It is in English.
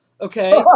okay